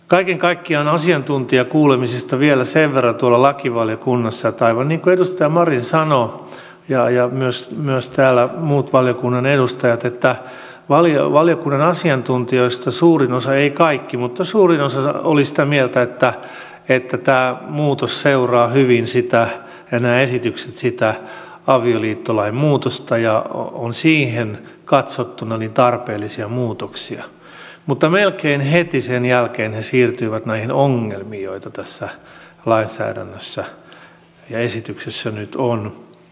kaiken kaikkiaan vielä sen verran asiantuntijakuulemisista tuolla lakivaliokunnassa että aivan niin kuin edustaja marin ja myös muut valiokunnan edustajat täällä sanoivat valiokunnan asiantuntijoista suurin osa eivät kaikki mutta suurin osa oli sitä mieltä että tämä muutos ja nämä esitykset seuraavat hyvin sitä avioliittolain muutosta ja ovat siihen katsottuna tarpeellisia muutoksia mutta melkein heti sen jälkeen he siirtyivät näihin ongelmiin joita tässä lainsäädännössä ja esityksessä nyt on